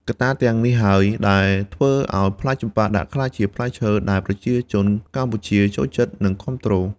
កត្តាទាំងនេះហើយដែលធ្វើឱ្យផ្លែចម្ប៉ាដាក់ក្លាយជាផ្លែឈើដែលប្រជាជនកម្ពុជាចូលចិត្តនិងគាំទ្រ។